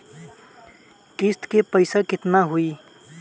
किस्त के पईसा केतना होई?